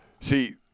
See